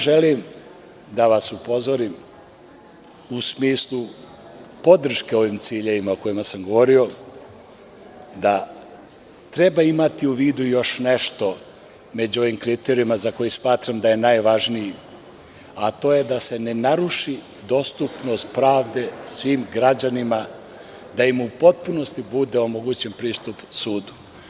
Želim da vas upozorim u smislu podrške ovim ciljevima o kojima sam govorio, da treba imati u vidu još nešto među ovim kriterijumima za koje smatram da je najvažnije to da se ne naruši dostupnost pravde svim građanima, da im u potpunosti bude omogućen pristup sudu.